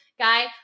guy